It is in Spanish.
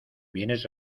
vienes